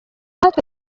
natwe